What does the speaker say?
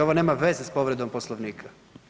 Ovo nema veze s povredom Poslovnika.